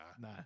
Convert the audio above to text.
no